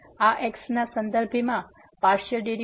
આ x ના સંદર્ભેમાં પાર્સીઅલ ડેરીવેટીવ છે